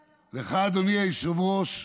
לך, אדוני היושב-ראש,